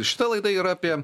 šita laida yra apie